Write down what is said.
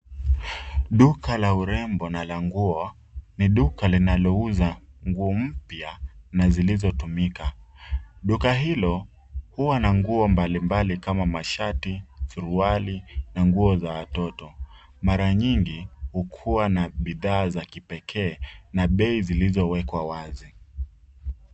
Duka la urembo na la nguo ni duka linalouza nguo mpya na zilizotumika. Duka hilo huwa na nguo mbalimbali kama mashati, suruali na nguo za watoto. Mara nyingi hukua na bidhaa za kipekee na bei zilizowekwa wazi.